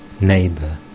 Neighbor